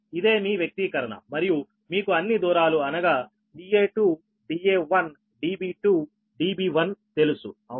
ఇదేమీ వ్యక్తీకరణ మరియు మీకు అన్ని దూరాలు అనగా Da2 Da1 Db2 Db1 తెలుసు అవునా